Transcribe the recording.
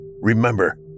Remember